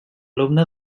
alumne